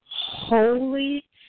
Holy